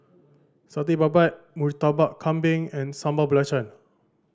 Satay Babat Murtabak Kambing and Sambal Belacan